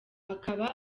akaba